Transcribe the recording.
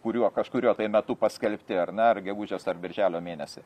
kuriuo kažkuriuo metu paskelbti ar ne ar gegužės ar birželio mėnesį